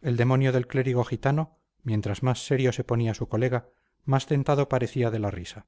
el demonio del clérigo gitano mientras más serio se ponía su colega más tentado parecía de la risa